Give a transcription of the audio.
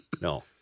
no